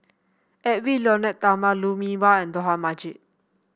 Edwy Lyonet Talma Lou Mee Wah and Dollah Majid